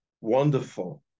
wonderful